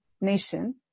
nation